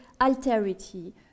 alterity